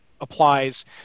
applies